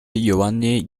giovanni